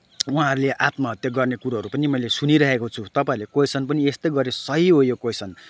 उहाँहरूले आत्महत्या गर्ने कुरोहरू पनि मैले सुनिरहेको छु तपाईँहरूले क्वेसन पनि गर्नुभयो सही हो यो क्वेसन